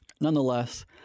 Nonetheless